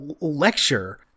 lecture